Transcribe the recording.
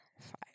five